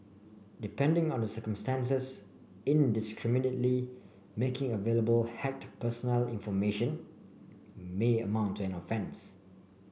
depending on the circumstances indiscriminately making available hacked personal information may amount to an offence